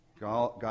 God